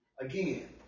Again